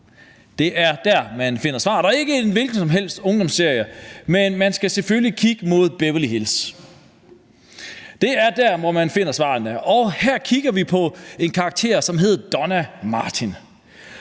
Det er der, man finder svaret, og det er ikke en hvilken som helst ungdomsserie, men man skal selvfølgelig kigge mod »Beverly Hills«. Det er der, hvor man finder svarene, og her kigger vi på en karakter, som hedder Donna Martin,